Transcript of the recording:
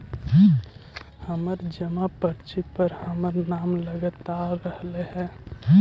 हमर जमा पर्ची पर हमर नाम गलत आ रहलइ हे